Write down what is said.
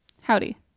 howdy